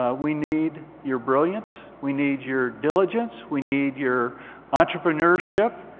ah we need your brilliance. we need your diligence. we need your entrepreneurship.